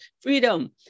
freedom